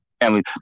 family